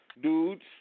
dudes